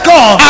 God